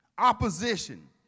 opposition